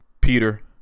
Peter